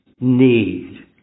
need